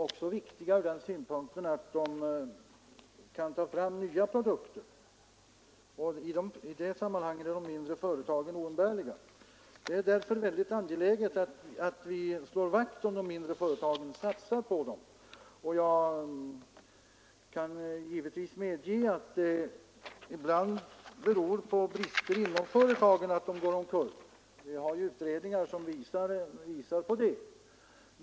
De är viktiga också ur den synpunkten att de kan ta fram nya produkter. I det sammanhanget är de mindre företagen oumbärliga. Det är därför synnerligen angeläget att slå vakt om och satsa på de mindre företagen. Jag kan givetvis medge att det ibland beror på brister inom företagen att de går omkull. Vi har ju utredningar som visar det.